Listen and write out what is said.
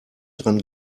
dran